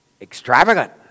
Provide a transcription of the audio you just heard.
extravagant